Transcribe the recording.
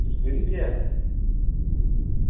Kashmiri B ऐ